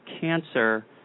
cancer